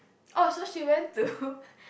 oh so she went to